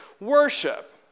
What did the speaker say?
worship